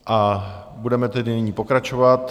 A budeme tedy nyní pokračovat.